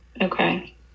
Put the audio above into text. okay